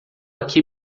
aqui